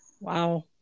Wow